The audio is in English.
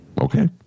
Okay